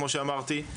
כמו שאמרתי,